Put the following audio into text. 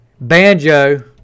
Banjo